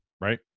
right